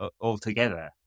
altogether